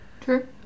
true